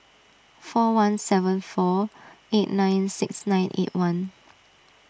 four one seven four eight nine six nine eight one